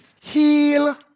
heal